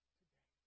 today